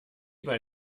bei